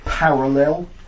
Parallel